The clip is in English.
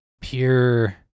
pure